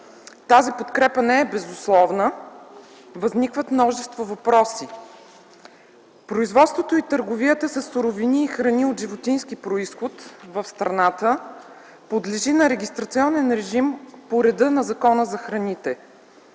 Тази подкрепа не е безусловна. Възникват множество въпроси. Производството и търговията със суровини и храни от животински произход в страната подлежи на регистрационен режим по реда на Закона за храните